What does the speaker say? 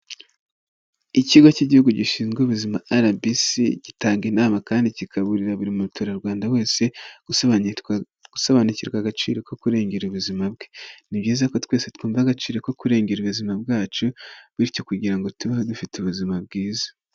Ikigo cy'igihugu gishinzwe ubuzima RBC gitanga inama kandi kikaburira buri muturarwanda wese, gusobanukirwa agaciro ko kurengera ubuzima bwe. Ni byiza ko twese twuha agaciro ko kurengera ubuzima bwacu bityo kugira ngo tubeho dufite ubuzima bwiza.